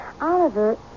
Oliver